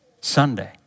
Sunday